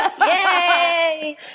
yay